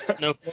no